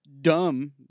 dumb